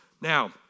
Now